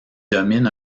domine